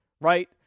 right